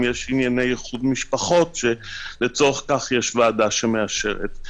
יש ענייני איחוד משפחות שלצורך כך יש ועדה שמאשרת.